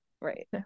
right